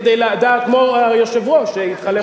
כמו היושב-ראש שהתחלף עכשיו,